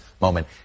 moment